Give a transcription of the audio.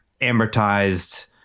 amortized